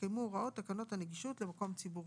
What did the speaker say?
יתקיימו הוראות תקנות הנגישות למקום ציבורי.